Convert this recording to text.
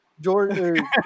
Jordan